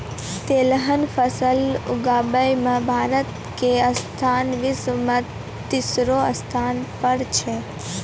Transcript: तिलहन फसल उगाबै मॅ भारत के स्थान विश्व मॅ तेसरो स्थान पर छै